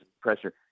pressure